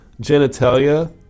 genitalia